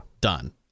done